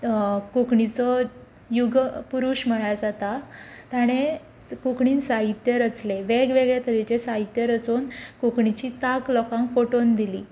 कोंकणीचो युगपुरुश म्हणल्यार जाता ताणें कोंकणींत साहित्य रचलें वेग वागळें तरेचें साहित्य रचून कोंकणीची तांक लोकांक पटोवन दिली